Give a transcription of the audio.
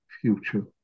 future